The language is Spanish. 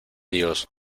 dios